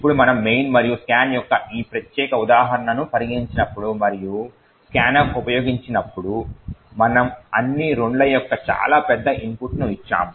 ఇప్పుడు మనము main మరియు scan యొక్క ఈ ప్రత్యేక ఉదాహరణను పరిగణించినప్పుడు మరియు scanf ఉపయోగించినప్పుడు మనము అన్ని 2ల యొక్క చాలా పెద్ద ఇన్పుట్ను ఇచ్చాము